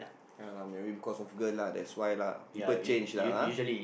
ya lah maybe because of girl lah that's why lah people change lah ah